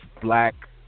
black